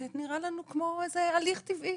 זה נראה לנו כמו איזה הליך טבעי.